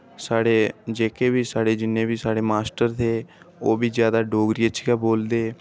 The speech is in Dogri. साढ़े जेह्के बी साढ़े जिन्ने बी साढ़े माश्टर हे ते ओह् बी जादा डोगरी च गै बोलदे